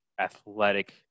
athletic –